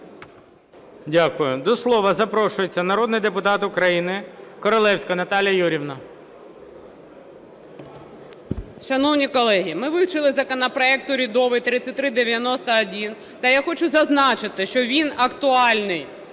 Дякую. До слова запрошується народних депутат України Королевська Наталія Юріївна. 13:19:15 КОРОЛЕВСЬКА Н.Ю. Шановні колеги, ми вивчили законопроект урядовий 3391 та я хочу зазначити, що він актуальний.